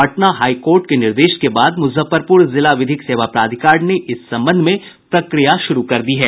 Patna high court के निर्देश के बाद मुजफ्फरपुर जिला विधिक सेवा प्राधिकार ने इस संबंध में प्रक्रिया शुरू कर दी है